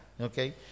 Okay